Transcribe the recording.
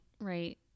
right